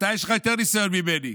יש לך יותר ניסיון ממני.